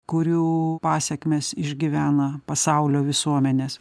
kurių pasekmes išgyvena pasaulio visuomenės